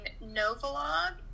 Novolog